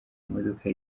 imodoka